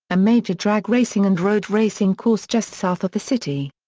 a major drag racing and road racing course just south of the city.